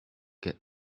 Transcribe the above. get